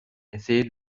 essayez